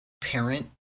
parent